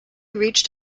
reached